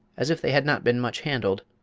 as if they had not been much handled.